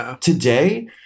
today